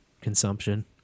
consumption